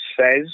says